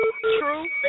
True